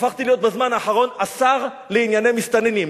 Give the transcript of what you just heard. הפכתי להיות בזמן האחרון השר לענייני מסתננים,